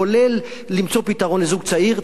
כולל למצוא פתרון לזוג צעיר,